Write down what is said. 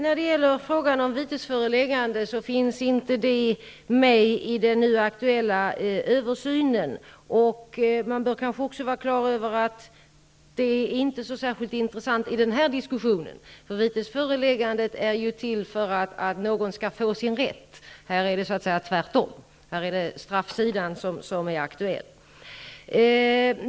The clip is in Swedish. Fru talman! Frågan om vitesföreläggande finns inte med i den nu aktuella översynen. Man bör kanske också vara klar över att detta inte är så särskilt intressant i den här diskussionen. Vitesföreläggandet är ju till för att någon skall få sin rätt. I detta fall är det så att säga tvärtom, här är det straffsidan som är aktuell.